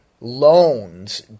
loans